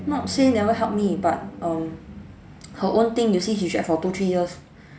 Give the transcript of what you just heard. not say never help me but um her own thing you see she sad for two three years